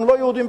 גם לא יהודים,